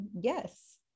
yes